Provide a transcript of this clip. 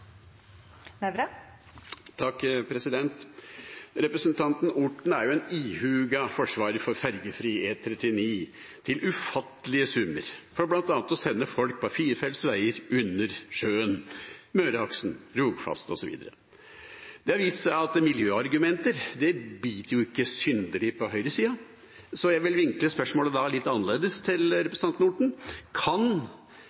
Representanten Orten er jo en ihuga forsvarer for ferjefri E39 til ufattelige summer, bl.a. for å sende folk på firefeltsveier under sjøen – Møreaksen, Rogfast osv. Det har vist seg at miljøargumenter ikke biter synderlig på høyresida. Så jeg vil vinkle spørsmålet litt annerledes til